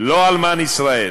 "לא אלמן ישראל".